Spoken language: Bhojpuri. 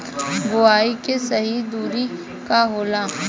बुआई के सही दूरी का होला?